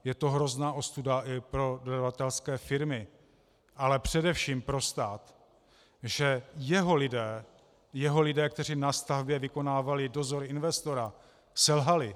Je to hrozná ostuda i pro dodavatelské firmy, ale především pro stát, že jeho lidé, jeho lidé, kteří na stavbě vykonávali dozor investora, selhali.